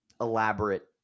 elaborate